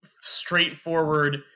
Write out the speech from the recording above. straightforward